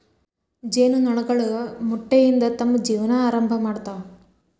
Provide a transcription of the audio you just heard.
ಜೇನು ನೊಣಗಳು ಮೊಟ್ಟೆಯಿಂದ ತಮ್ಮ ಜೇವನಾ ಆರಂಭಾ ಮಾಡ್ತಾವ